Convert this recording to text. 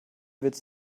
willst